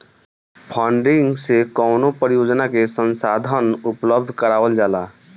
funding से कवनो परियोजना के संसाधन उपलब्ध करावल जाला